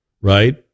right